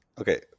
Okay